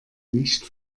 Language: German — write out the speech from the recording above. nicht